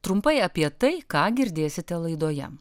trumpai apie tai ką girdėsite laidoje